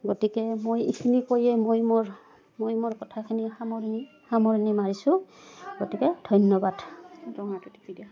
গতিকে মই এইখিনি কৈয়ে মই মোৰ মই মোৰ কথাখিনি সামৰণি সামৰণি মাৰিছোঁ গতিকে ধন্যবাদ